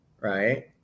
right